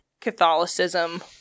Catholicism